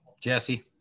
Jesse